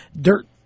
dirt